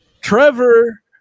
Trevor